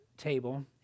table